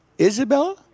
Isabella